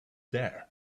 there